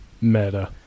Meta